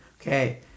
Okay